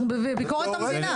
אנחנו בביקורת המדינה.